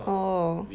orh